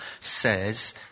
says